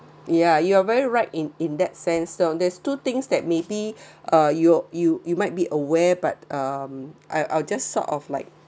ya you are very right in in that sense so there's two things that maybe uh you you you might be aware but um I I'll just sort of like